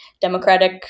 democratic